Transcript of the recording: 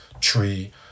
tree